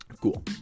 Cool